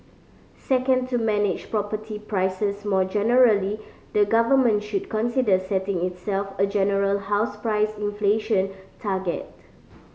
second to manage property prices more generally the government should consider setting itself a general house price inflation target